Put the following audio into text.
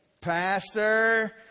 Pastor